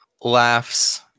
laughs